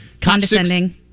Condescending